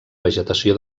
vegetació